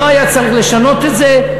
לא היה צריך לשנות את זה.